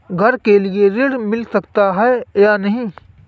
घर के लिए ऋण मिल सकता है या नहीं?